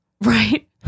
Right